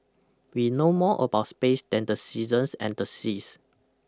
we know more about space than the seasons and the seas